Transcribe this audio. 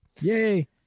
yay